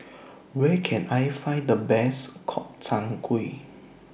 Where Can I Find The Best Gobchang Gui